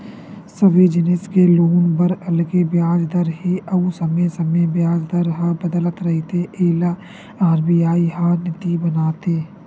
सबे जिनिस के लोन बर अलगे बियाज दर हे अउ समे समे बियाज दर ह बदलत रहिथे एला आर.बी.आई ह नीति बनाथे